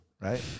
Right